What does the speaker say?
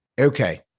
Okay